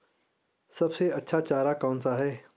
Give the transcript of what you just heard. सबसे अच्छा चारा कौन सा है?